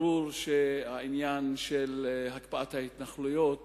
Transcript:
ברור שהעניין של הקפאת ההתנחלויות